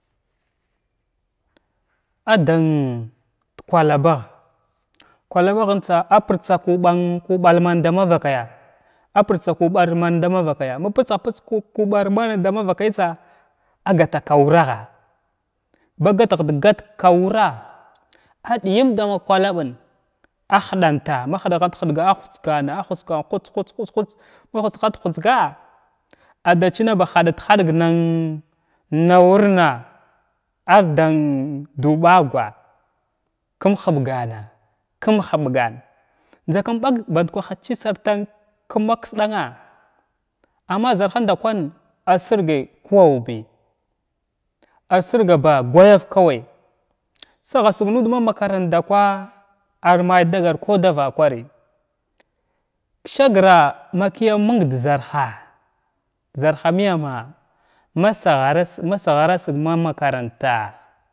Adən da kwalabah kwalabahən tsa a pir tsa ka uɓɓan uɓɓa lman davakayga a pirtsa ka uɓɓan lman davakayya ma pirtsa ha pirtsəg ku uɓɓa lman davakay tsa’ a gata ka wuraha ba gatghəy gatg ka wura a ɗiyyəm da ma kwalabən a hɗanta ma həg gant a hutsgan huts-huts-huts huts ma hutsgant hutsga ada china ba haɗat hag nən na wurna ardan da uɓɓa agwa kum huɓgana kum huɓgan njza kum ɓag ba ndu kwah chəy sarhan kum ma ksa ɗanga amma zarha ndakwan sirgay ku arvbi arsirga ba gyavkaway sahasig nuda ma makarant ndakwa armay dagala ku da va kwari shigra makəyam məng da zarha zarha məyama masghnrasig ma makaranta’a